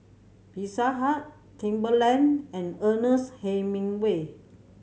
Pizza Hut Timberland and Ernest Hemingway